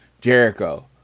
Jericho